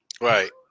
Right